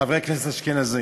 חברי כנסת אשכנזים.